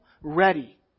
ready